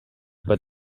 but